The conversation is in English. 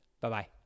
Bye-bye